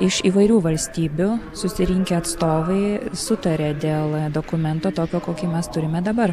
iš įvairių valstybių susirinkę atstovai sutaria dėl dokumento tokio kokį mes turime dabar